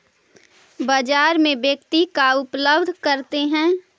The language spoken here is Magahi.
बाजार में व्यक्ति का उपलब्ध करते हैं?